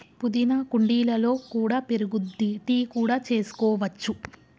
పుదీనా కుండీలలో కూడా పెరుగుద్ది, టీ కూడా చేసుకోవచ్చు